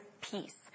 peace